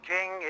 king